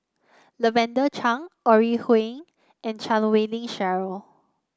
Lavender Chang Ore Huiying and Chan Wei Ling Cheryl